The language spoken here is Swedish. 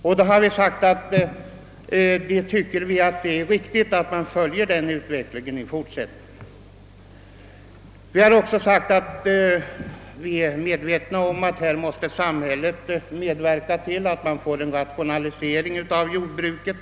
Vi har mot denna bakgrund uttalat att vi anser det vara riktigt att följa denna utveckling i fortsättningen. Vi har också framhållit att vi är medvetna om att samhället på denna punkt måste medverka till att få till stånd en rationalisering av jordbruket.